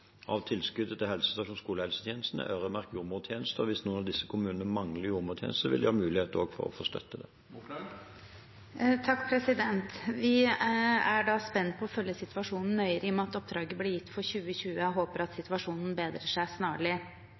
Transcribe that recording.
av tilskuddet til helsestasjons- og skolehelsetjenesten er øremerket jordmortjenesten. Hvis noen av disse kommunene mangler en jordmortjeneste, vil de ha mulighet til å få støtte. Vi er spente på å følge situasjonen nøyere i og med at oppdraget ble gitt for 2020. Jeg håper situasjonen bedrer seg snarlig.